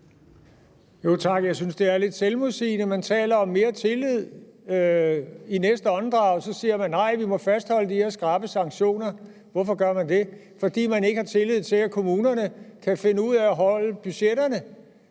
Tak. Jeg synes, det er lidt selvmodsigende. Man taler om mere tillid, og i næste åndedrag siger man: Nej, vi må fastholde de her skrappe sanktioner. Hvorfor gør man det? Det gør man, fordi man ikke har tillid til, at kommunerne kan finde ud af at holde budgetterne,